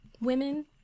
women